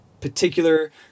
particular